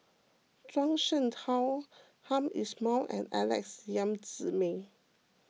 Zhuang Shengtao Hamed Ismail and Alex Yam Ziming